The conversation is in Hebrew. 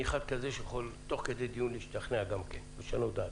אחד כזה שיכול תוך כדי דיון להשתכנע ולשנות את דעתי.